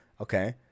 Okay